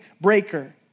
breaker